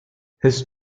his